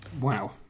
Wow